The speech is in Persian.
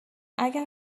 اگر